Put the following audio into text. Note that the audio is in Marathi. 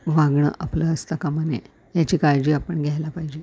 वागणं आपलं असता कामा नये याची काळजी आपण घ्यायला पाहिजे